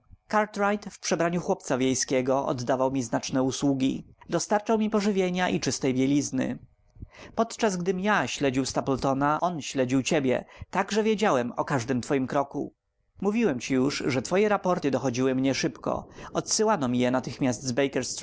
przebraniu chłopca wiejskiego oddawał mi znaczne usługi dostarczał mi pożywienia i czystej bielizny podczas gdym ja śledził stapletona on śledził ciebie tak że wiedziałem o każdym twoim kroku mówiłem ci już że twoje raporty dochodziły mnie szybko odsyłano mi je natychmiast